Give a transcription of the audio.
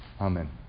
Amen